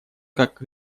как